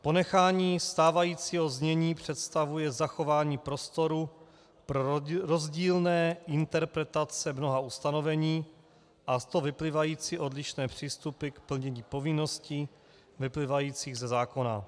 Ponechání stávajícího znění představuje zachování prostoru pro rozdílné interpretace mnoha ustanovení a z toho vyplývající odlišné přístupy k plnění povinností vyplývajících ze zákona.